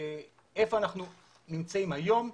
איפה אנחנו נמצאים היום,